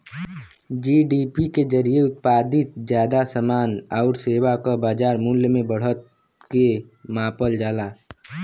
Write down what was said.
GDP के जरिये उत्पादित जादा समान आउर सेवा क बाजार मूल्य में बढ़त के मापल जाला